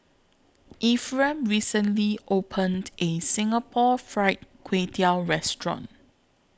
Ephram recently opened A Singapore Fried Kway Tiao Restaurant